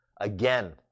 again